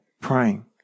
praying